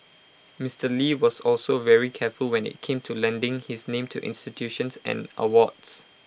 Mister lee was also very careful when IT came to lending his name to institutions and awards